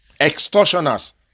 Extortioners